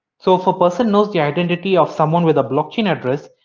so if a person knows the identity of someone with a blockchain address,